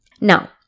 Now